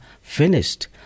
finished